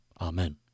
Amen